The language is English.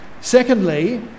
Secondly